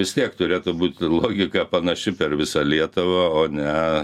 vis tiek turėtų būti logika panaši per visą lietuvą o ne